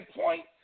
point